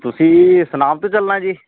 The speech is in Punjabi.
ਤੁਸੀਂ ਸੁਨਾਮ ਤੋਂ ਚੱਲਣਾ ਹੈ ਜੀ